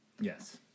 Yes